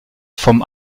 vom